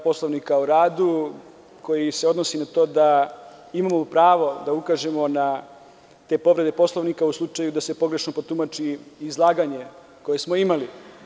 Poslovnika o radu, koji govori o tome da imamo pravo da ukažemo na te povrede Poslovnika u slučaju da se pogrešno protumači izlaganje koje smo imali.